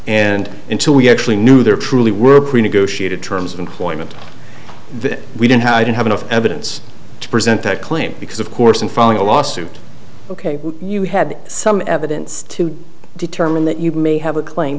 and until we actually knew there truly were pre negotiated terms of employment that we didn't how i didn't have enough evidence to present that claim because of course in filing a lawsuit ok you had some evidence to determine that you may have a claim